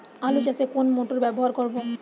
আলু চাষে কোন মোটর ব্যবহার করব?